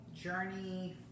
journey